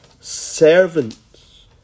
servants